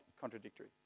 contradictory